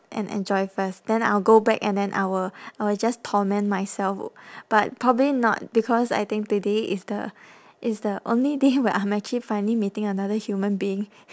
and enjoy first then I'll go back and then I will I will just torment myself o~ but probably not because I think today is the is the only day when I'm actually finally meeting another human being